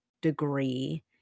degree